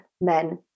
men